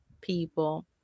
people